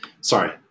Sorry